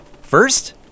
first